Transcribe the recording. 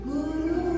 Guru